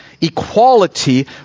equality